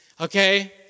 Okay